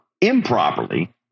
improperly